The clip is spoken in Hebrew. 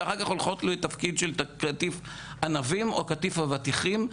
ואחר כך הולכות לתפקיד של קטיף ענבים או קטיף אבטיחים.